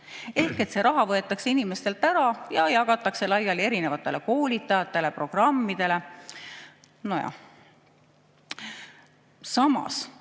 Ehk see raha võetakse inimestelt ära ja jagatakse laiali erinevatele koolitajatele, programmidele. Nojah. Samas